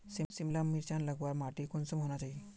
सिमला मिर्चान लगवार माटी कुंसम होना चही?